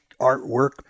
artwork